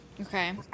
Okay